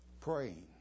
praying